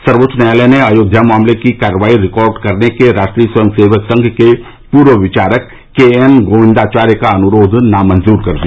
सर्वोच्च न्यायालय ने अयोध्या मामले की कार्यवाही रिकॉर्ड करने के राष्ट्रीय स्वयं सेवक संघ के पूर्व विचारक के एन गोविंदाचार्य का अनुरोध नामंजूर कर दिया